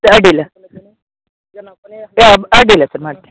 ಸ ಅಡ್ಡಿಲ್ಲ ಅಡ್ಡಿಲ್ಲ ಸರ್ ಮಾಡ್ತೇನೆ